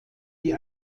die